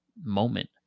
moment